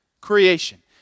creation